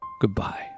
goodbye